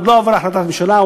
עוד לא עברה החלטת ממשלה,